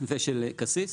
ושל קסיס.